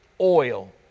oil